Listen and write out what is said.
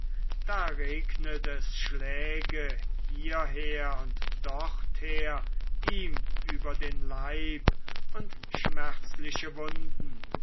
da regnet es schläge hierher und dorther ihm über den leib und schmerzliche wunden